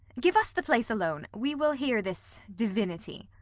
give us the place alone we will hear this divinity.